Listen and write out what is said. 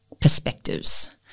perspectives